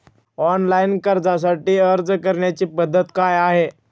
Online कर्जासाठी अर्ज करण्याची पद्धत काय आहे?